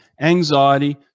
anxiety